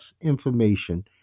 information